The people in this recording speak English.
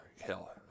hell